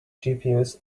gpus